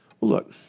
Look